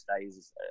days